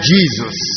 Jesus